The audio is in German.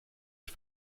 ich